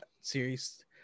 series